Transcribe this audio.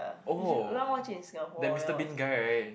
oh that Mister Bean guy right